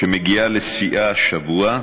שמגיעה לשיאה השבוע,